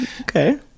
Okay